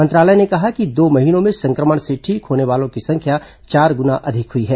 मंत्रालय ने कहा कि दो महीनों में संक्रमण से ठीक होने वालों की संख्या चार गुणा अधिक हुई है